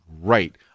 right